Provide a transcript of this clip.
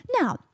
Now